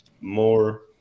more